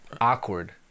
awkward